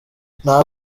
nta